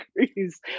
degrees